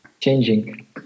changing